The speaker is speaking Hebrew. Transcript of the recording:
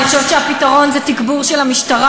אני חושבת שהפתרון הוא תגבור של המשטרה,